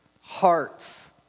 Hearts